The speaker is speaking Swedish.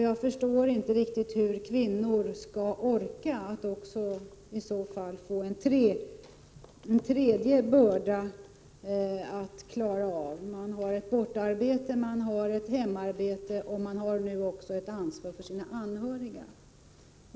Jag förstår inte riktigt hur kvinnor skall orka med att i så fall få en tredje börda att klara av. Man har ett bortaarbete och ett hemarbete och får nu också ett ansvar för sina anhöriga.